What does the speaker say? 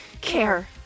care